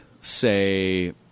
say